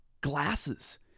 glasses